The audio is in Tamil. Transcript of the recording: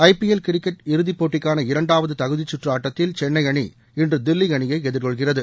ஐ பி எல் கிரிக்கெட் இறுதிப்போட்டிக்கான இரண்டாவது தகுதிச் சுற்று ஆட்டத்தில் சென்னை அணி இன்று தில்லி அணியை எதிர்கொள்கிறது